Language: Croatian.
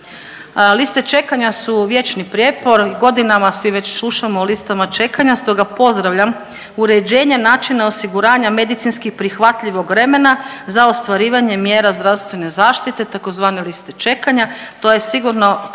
Liste čekanja su vječni prijepor, godinama svi već slušamo o listama čekanja, stoga pozdravljam uređenje načina osiguranja medicinski prihvatljivog vremena za ostvarivanje mjera zdravstvene zaštite tzv. liste čekanja, to je sigurno